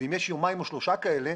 ואם יש יומיים או שלושה כאלה,